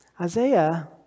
Isaiah